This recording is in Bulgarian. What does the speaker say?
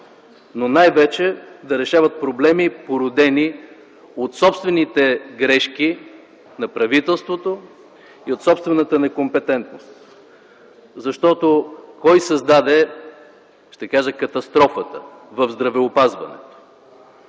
но най-вече да решават проблеми, породени от собствените грешки на правителството и от собствената некомпетентност. Ще попитам: кой създаде – ще кажа така – катастрофата в здравеопазването?